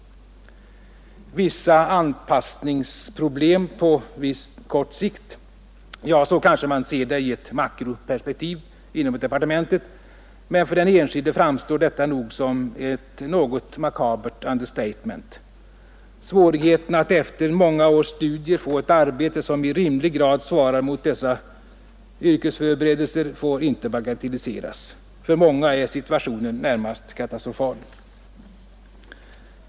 ”Vissa anpassningssvårigheter på kort sikt” — ja, så kanske man ser det i ett makroperspektiv inom departementet, men för den enskilde framstår detta nog som ett något makabert understatement. Svårigheten att efter många års studier få ett arbete som i rimlig grad svarar mot yrkesförberedelserna får inte bagatelliseras. För många är situationen närmast katastrofal.